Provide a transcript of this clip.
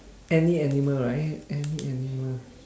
any animal right any animal